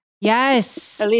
Yes